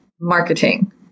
marketing